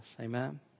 Amen